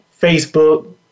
Facebook